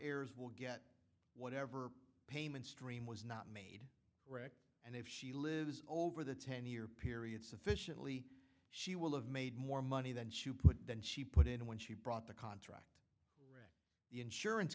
heirs will get whatever payment stream was not made rick and if she lives over the ten year period sufficiently she will have made more money than than she put in when she brought the contract the insurance